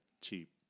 cheap